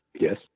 Yes